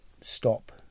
stop